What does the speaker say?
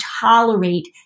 tolerate